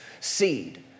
seed